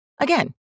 Again